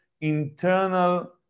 internal